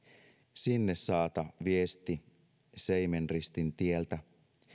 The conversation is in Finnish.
sinne saata viesti seimen ristin tieltä